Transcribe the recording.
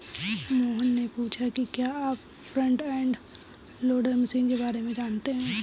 मोहन ने पूछा कि क्या आप फ्रंट एंड लोडर मशीन के बारे में जानते हैं?